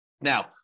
Now